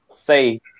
say